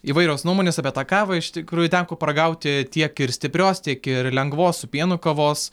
įvairios nuomonės apie tą kavą iš tikrųjų teko paragauti tiek ir stiprios tiek ir lengvos su pienu kavos